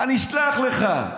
אני אשלח לך,